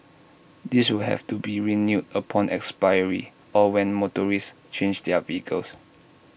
this will have to be renewed upon expiry or when motorists change their vehicles